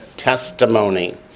testimony